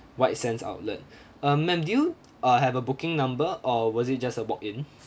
white sands outlet um ma'am do you uh have a booking number or was it just a walk-in